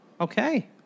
Okay